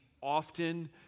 often